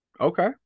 Okay